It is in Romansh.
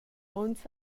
onns